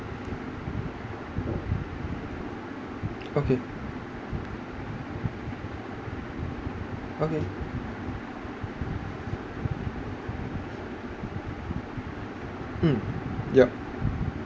okay okay mm yup